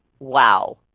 wow